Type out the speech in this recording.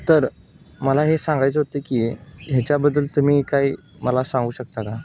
तर मला हे सांगायचं होतं की ह्याच्याबद्दल तुम्ही काही मला सांगू शकता का